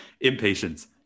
Impatience